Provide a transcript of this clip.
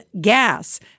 gas